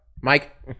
Mike